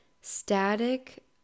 static